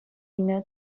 илнӗ